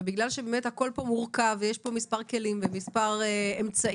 ובגלל שבאמת הכול פה מורכב ויש פה מספר כלים ומספר אמצעים,